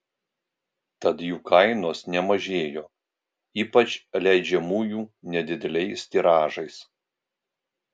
tad jų kainos nemažėjo ypač leidžiamųjų nedideliais tiražais